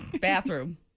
Bathroom